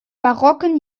barocken